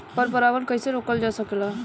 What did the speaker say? पर परागन कइसे रोकल जा सकेला?